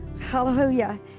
Hallelujah